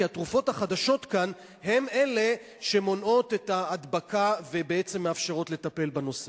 כי התרופות החדשות כאן הן שמונעות את ההדבקה ובעצם מאפשרות לטפל בנושא.